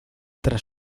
tras